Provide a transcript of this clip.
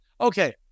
Okay